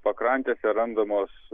pakrantėse randamos